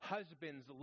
Husbands